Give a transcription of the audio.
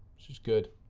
which is good.